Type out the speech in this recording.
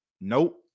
nope